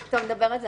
טוב, נדבר על זה.